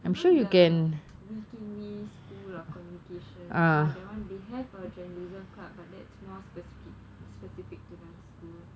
you know the wee kim wee school of communication ah that [one] they have a journalism club but that's more specific specific to their school